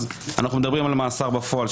אז אנחנו מדברים על מאסר בפועל,